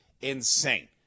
insane